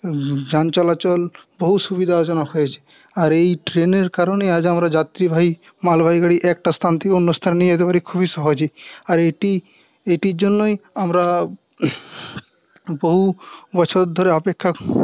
যান চলাচল বহু সুবিধাজনক হয়েছে আর এই ট্রেনের কারণেই আজ আমরা যাত্রীবাহী মালবাহী গাড়ি একটা স্থান থেকে অন্য স্থানে নিয়ে যেতে পারি খুবই সহজেই আর এটি এটির জন্যই আমরা বহু বছর ধরে অপেক্ষা